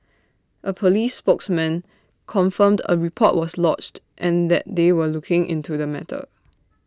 A Police spokesman confirmed A report was lodged and that they were looking into the matter